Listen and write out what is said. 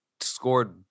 scored